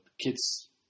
Kids